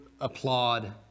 applaud